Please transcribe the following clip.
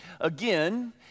Again